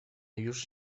już